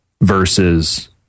versus